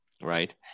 right